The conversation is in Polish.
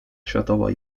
światowa